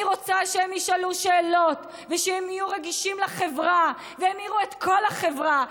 אני רוצה שהם ישאלו שאלות ושהם יהיו רגישים לחברה והם יראו את כל החברה,